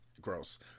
gross